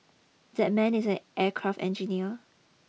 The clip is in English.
that man is an aircraft engineer